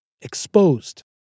exposed